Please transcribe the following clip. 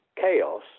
chaos